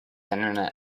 internet